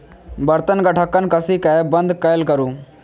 बर्तनक ढक्कन कसि कें बंद कैल करू